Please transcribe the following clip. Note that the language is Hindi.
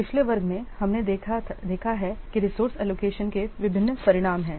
पिछले वर्ग में हमने देखा है कि रिसोर्से एलोकेशन के विभिन्न परिणाम हैं